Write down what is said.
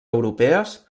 europees